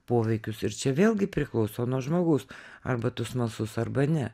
poveikius ir čia vėlgi priklauso nuo žmogaus arba tu smalsus arba ne